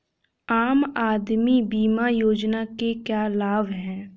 आम आदमी बीमा योजना के क्या लाभ हैं?